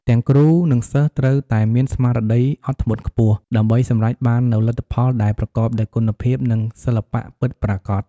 ទាំងគ្រូ និងសិស្សត្រូវតែមានស្មារតីអត់ធ្មត់ខ្ពស់ ដើម្បីសម្រេចបាននូវលទ្ធផលដែលប្រកបដោយគុណភាព និងសិល្បៈពិតប្រាកដ។